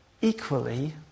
equally